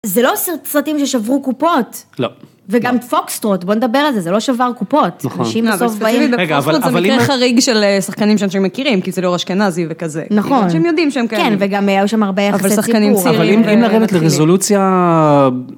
זה לא סרטים ששברו קופות. לא. וגם פוקסטרוט, בואו נדבר על זה, זה לא שבר קופות. נכון. אבל ספציפית בפוקסטרוט זה מקרה חריג של שחקנים שאנשים מכירים, כי זה לא ליאור אשכנזי וכזה. נכון. אנשים יודעים שהם כאלה. כן, וגם היה שם הרבה יחסי ציבור. אבל שחקנים צעירים... אבל אם לרדת לרזולוציה...